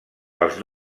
els